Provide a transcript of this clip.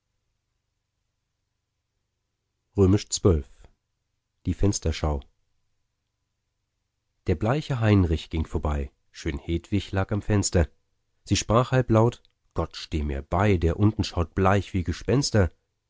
die fensterschau der bleiche heinrich ging vorbei schön hedwig lag am fenster sie sprach halblaut gott steh mir bei der unten schaut bleich wie gespenster